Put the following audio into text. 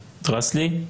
דרסלי.